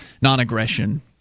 non-aggression